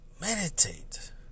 meditate